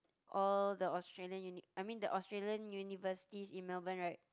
all the Australian uni I mean the Australia universities in Melbourne right